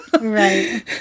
right